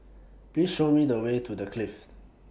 Please Show Me The Way to The Clift